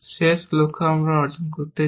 শেষ লক্ষ্য আমরা অর্জন করতে চাই